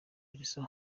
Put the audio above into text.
elsa